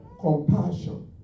Compassion